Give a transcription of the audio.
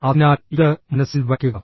അതിനാൽ ഇത് മനസ്സിൽ വയ്ക്കുക